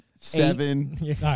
Seven